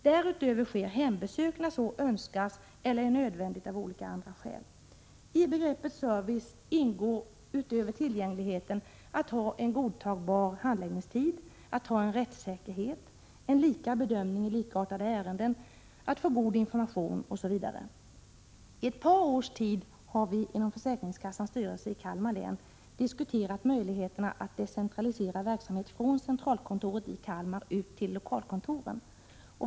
Därutöver sker hembesök när så önskas eller är nödvändigt av olika andra skäl. I begreppet service ingår, utöver tillgängligheten, en godtagbar handläggningstid, en rättssäkerhet, lika bedömning i likartade ärenden, att få god information osv. I ett par års tid har vi inom försäkringskassans styrelse i Kalmar län diskuterat möjligheterna att decentralisera verksamhet från centralkontoret i Kalmar ut till lokalkontoren.